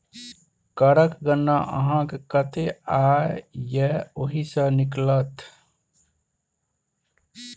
करक गणना अहाँक कतेक आय यै ओहि सँ निकलत